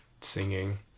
singing